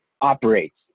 operates